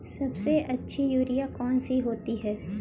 सबसे अच्छी यूरिया कौन सी होती है?